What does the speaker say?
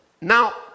Now